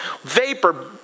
vapor